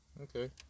Okay